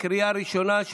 לקריאה ראשונה,